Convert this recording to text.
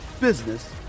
business